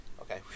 okay